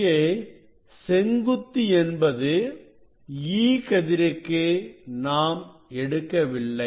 இங்கே செங்குத்து என்பது E கதிருக்கு நாம் எடுக்கவில்லை